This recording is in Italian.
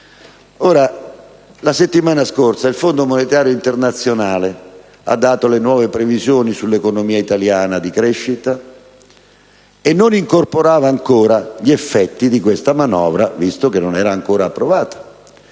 La settimana scorsa il Fondo monetario internazionale ha reso note le nuove previsioni sull'economia italiana e la sua crescita, che non incorporavano però ancora gli effetti di questa manovra, visto che non era stata ancora approvata.